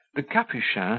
the capuchin,